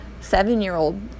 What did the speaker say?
seven-year-old